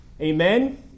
Amen